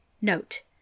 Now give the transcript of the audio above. Note